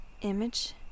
Image